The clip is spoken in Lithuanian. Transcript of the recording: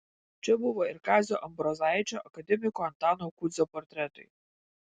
čia buvo ir kazio ambrozaičio akademiko antano kudzio portretai